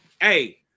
Hey